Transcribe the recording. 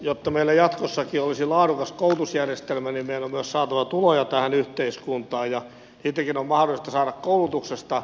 jotta meillä jatkossakin olisi laadukas koulutusjärjestelmä meidän on myös saatava tuloja tähän yhteiskuntaan ja niitäkin on mahdollista saada koulutuksesta